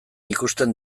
ikusten